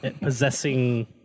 possessing